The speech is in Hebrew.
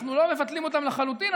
אנחנו לא מבטלים אותם לחלוטין,